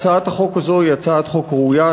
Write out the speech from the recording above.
הצעת החוק הזאת היא הצעת חוק ראויה.